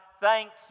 Thanks